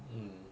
mm